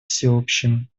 всеобщим